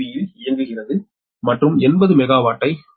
யில் இயங்குகிறது மற்றும் 80 மெகாவாட்டை 0